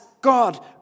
God